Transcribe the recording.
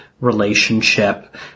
relationship